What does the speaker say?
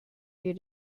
you